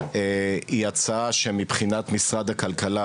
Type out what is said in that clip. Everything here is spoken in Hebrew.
היא הצעה שמבחינת משרד הכלכלה